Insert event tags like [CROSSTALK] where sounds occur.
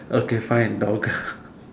okay fine dogle [LAUGHS]